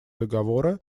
договора